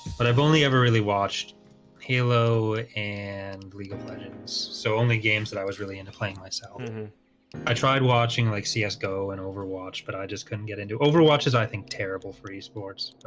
but i've only ever really watched halo and league of legends so only games that i was really playing myself i tried watching like csgo and overwatch, but i just couldn't get into over watches. i think terrible three sports,